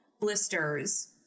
blisters